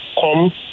come